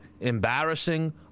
embarrassing